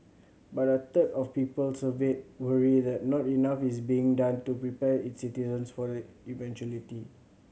but a third of people surveyed worry that not enough is being done to prepare its citizens for the eventuality